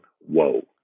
whoa